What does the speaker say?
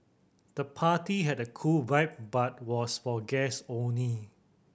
the party had a cool vibe but was for guest only